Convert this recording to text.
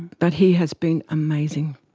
but he has been amazing,